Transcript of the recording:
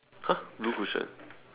!huh! blue cushion